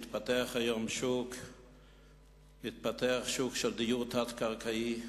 התפתח היום שוק של דיור תת-קרקעי,